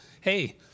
Hey